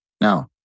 No